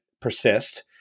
persist